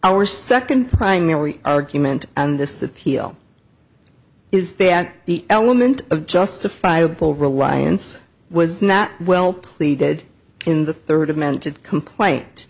our second primary argument and this appeal is that the element of justifiable reliance was not well pleaded in the third of men to complaint